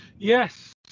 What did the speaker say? Yes